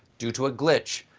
due to a glitch,